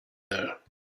there